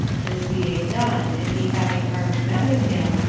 this being done, and he having armed men with him,